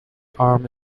arm